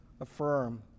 affirm